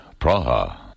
Praha